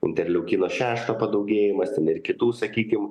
interliu kino šešto padaugėjimas ten ir kitų sakykim